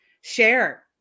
share